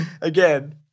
Again